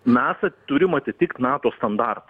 mes turim atitikt nato standartą